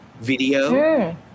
video